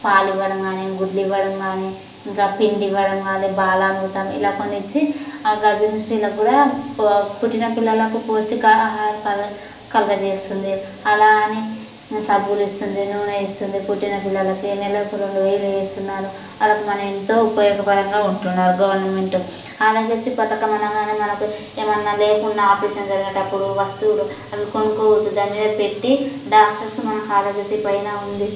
పాలు ఇవ్వడం కానీ గుడ్లు ఇవ్వడం కానీ ఇంకా పిండి ఇవ్వడం కానీ బాలామృతం ఇలా కొన్ని ఇచ్చి ఆ గర్భిణీ స్త్రీలకు కూడా పు పుట్టిన పిల్లలకు పౌష్టిక ఆహారాలు క కలుగచేస్తుంది అలా అని సబ్బులు ఇస్తుంది నూనె ఇస్తుంది పుట్టిన పిల్లలకు నెలకు రెండు వేలు వేస్తున్నారు వాళ్ళు మనకు ఎంతో ఉపయోగకరంగా ఉంటున్నారు గవర్నమెంట్ ఆరోగ్యశ్రీ పథకం అనగానే మనకు ఏమైనా లేకున్నా ఆపరేషన్ జరిగేటప్పుడు వస్తువులు కొనుక్కోవచ్చు దానిమీద పెట్టి డాక్టర్స్ మన ఆరోగ్య శ్రీ పైన ఉంది